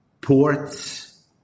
ports